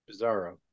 Bizarro